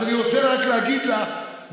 אני רוצה רק להגיד לך,